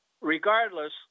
Regardless